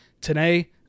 today